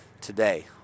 today